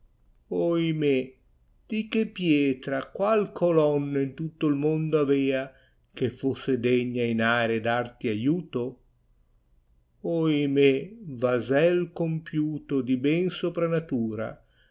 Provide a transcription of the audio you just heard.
rifiuto oimè di che pietra qual colonna in tutto il mondo avea che fosse degna in aere darti aiuto oimè vasel compiuto di ben sopra natura